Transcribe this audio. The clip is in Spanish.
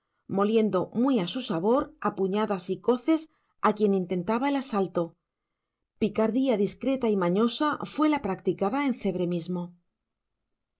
moliendo muy a su sabor a puñadas y coces a quien intentaba el asalto picardía discreta y mañosa fue la practicada en cebre mismo